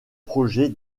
projets